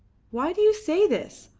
why do you say this?